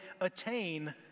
attain